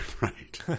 Right